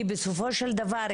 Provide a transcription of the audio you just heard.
כי בסופו של דבר,